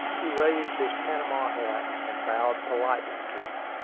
he raised his panama hat, and bowed politely to me.